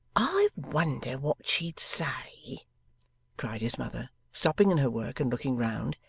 i wonder what she'd say cried his mother, stopping in her work and looking round,